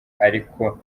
ariko